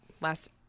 last